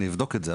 אבדוק את זה.